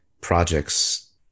projects